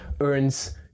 earns